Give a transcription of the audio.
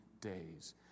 days